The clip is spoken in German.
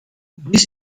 dies